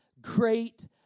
great